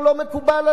חזרה לשפיות.